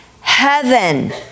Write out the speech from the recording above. heaven